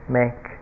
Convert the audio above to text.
make